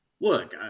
look